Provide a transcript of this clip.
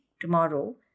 tomorrow